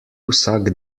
vsak